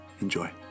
Enjoy